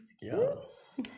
Yes